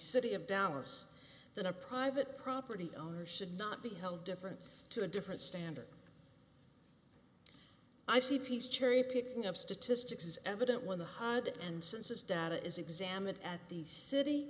city of dallas that a private property owner should not be held different to a different standard i see piece cherry picking of statistics is evident when the hod and census data is examined at the city